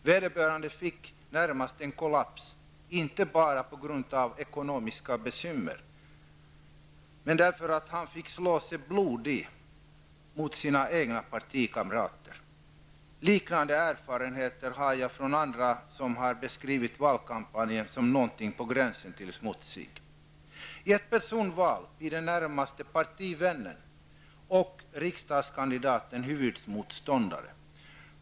Vederbörande fick närmast en kollaps, inte bara på grund av ekonomiska bekymmer men för att han fick slå sig blodig mot sina egna partikollegor. Liknande erfarenheter har jag hört från andra som har beskrivit valkampanjen som något på gränsen till smutsig. I ett personalval är det den närmaste partivännen och riksdagskollegan som är huvudmotståndare.